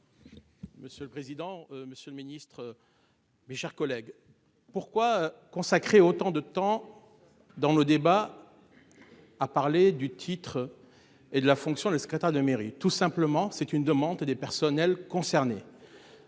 Monsieur le président, Monsieur le Ministre. Mes chers collègues. Pourquoi consacrer autant de temps. Dans le débat. À parler du titre et de la fonction de secrétaire de mairie, tout simplement, c'est une demande des personnels concernés.